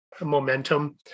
momentum